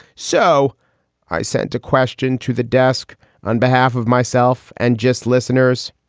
so i sent a question to the desk on behalf of myself and just listeners.